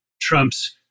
trumps